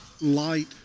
light